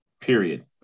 period